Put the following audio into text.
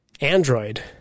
Android